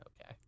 okay